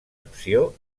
acció